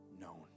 known